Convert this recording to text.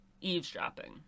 eavesdropping